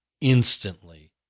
instantly